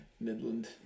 Midland